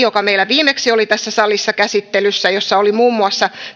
joka meillä viimeksi oli tässä salissa käsittelyssä jossa oli muun muassa